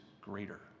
greater